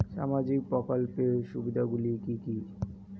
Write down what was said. সামাজিক প্রকল্পের সুবিধাগুলি কি কি?